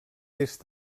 est